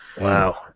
Wow